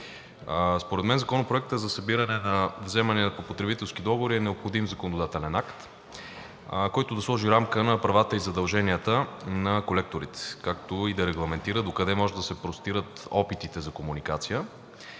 Според мен Законопроектът за събиране на вземания по потребителски договор е необходим законодателен акт, който да сложи рамка на правата и задълженията на колекторите, както и да регламентира докъде може да се простират опитите за комуникация